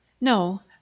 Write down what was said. No